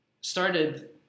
started